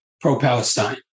pro-Palestine